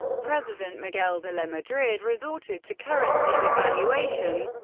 president miguel de la madrid resorted to currency devaluations